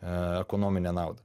ekonominę naudą